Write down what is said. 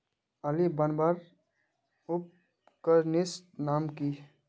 आली बनवार उपकरनेर नाम की?